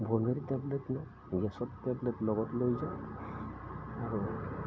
বমিৰ tablet নিওঁ গেছৰ tablet লগত লৈ যাওঁ আৰু